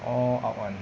all out [one]